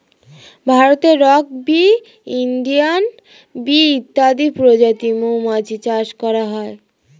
ভারতে rock bee, Indian bee ইত্যাদি প্রজাতির মৌমাছি চাষ করা হয়